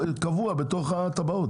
קבוע בתוך התב"עות?